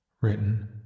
Written